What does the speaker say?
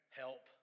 help